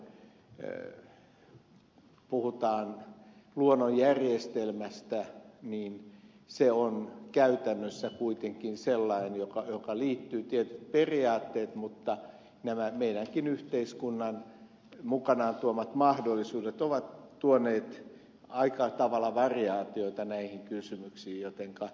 kun puhutaan luonnonjärjestelmästä niin se on käytännössä kuitenkin sellainen johonka liittyy tietyt periaatteet mutta nämä meidän yhteiskuntammekin mukanaan tuomat mahdollisuudet ovat tuoneet aika tavalla variaatioita näihin kysymyksiin